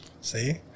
See